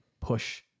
push